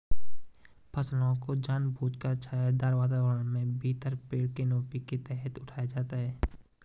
फसलों को जानबूझकर छायादार वातावरण के भीतर पेड़ कैनोपी के तहत उठाया जाता है